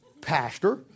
Pastor